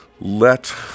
let